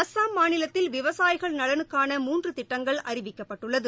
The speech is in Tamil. அஸ்ஸாம் மாநிலத்தில் விவசாயிகள் நலனுக்கான மூன்று திட்டங்கள் அறிவிக்கப்பட்டுள்ளது